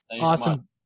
Awesome